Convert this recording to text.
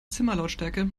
zimmerlautstärke